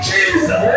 Jesus